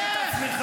לך.